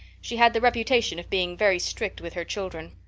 she had the reputation of being very strict with her children.